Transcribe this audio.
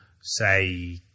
say